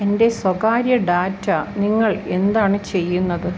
എന്റെ സ്വകാര്യ ഡാറ്റ നിങ്ങൾ എന്താണ് ചെയ്യുന്നത്